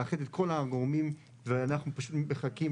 לאחד את כל הגורמים ואנחנו פשוט מחכים.